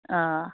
آ